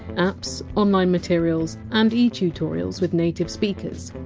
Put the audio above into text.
apps, online materials, and e-tutorials with native speakers.